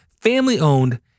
family-owned